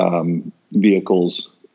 vehicles